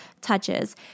touches